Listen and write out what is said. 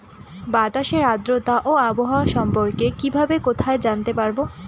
বাতাসের আর্দ্রতা ও আবহাওয়া সম্পর্কে কিভাবে কোথায় জানতে পারবো?